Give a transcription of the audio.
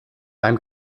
beim